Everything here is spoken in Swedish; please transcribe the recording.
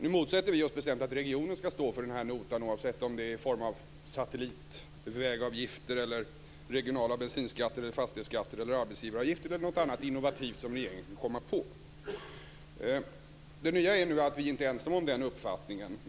Vi motsätter oss bestämt att regionen skall stå för notan, oavsett om det är i form av vägavgifter, regionala bensinskatter, fastighetsskatter, arbetsgivaravgifter eller något annat innovativt som regeringen kan komma på. Det nya är nu att vi inte är ensamma om den uppfattningen.